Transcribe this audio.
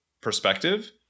perspective